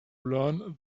learn